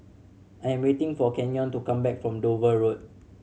I'm waiting for Kenyon to come back from Dover Road